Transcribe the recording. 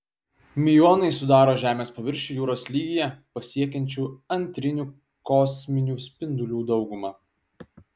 miuonai sudaro žemės paviršių jūros lygyje pasiekiančių antrinių kosminių spindulių daugumą